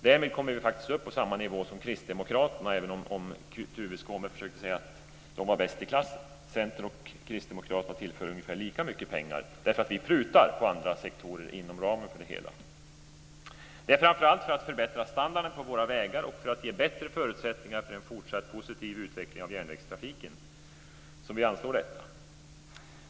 Därmed kommer vi faktiskt upp till samma nivå som kristdemokraterna, även om Tuve Skånberg försökte säga att de var bäst i klassen. Centern och kristdemokraterna tillför ungefär lika mycket pengar därför att vi prutar på andra sektorer inom ramen för det hela. Det är framför allt för att förbättra standarden på våra vägar och för att ge bättre förutsättningar för en fortsatt positiv utveckling av järnvägstrafiken som vi anslår detta.